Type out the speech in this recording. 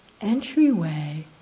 entryway